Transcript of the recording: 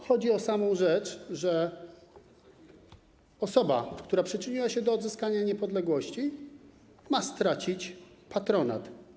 Chodzi o samą kwestię tego, że osoba, która przyczyniła się do odzyskania niepodległości, ma stracić patronat.